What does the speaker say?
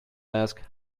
ask